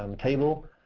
um table,